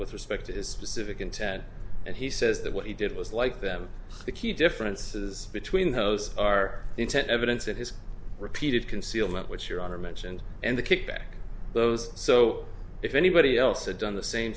with respect to his specific intent and he says that what he did was like them the key differences between those are intent evidence and his repeated concealment which your honor mentioned and the kickback those so if anybody else had done the same